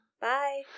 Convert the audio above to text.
Bye